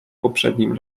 poprzednim